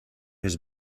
his